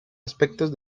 aspectos